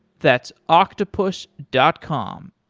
that's octopus dot com,